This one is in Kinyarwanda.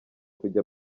kujya